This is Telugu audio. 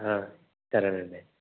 సరేనండి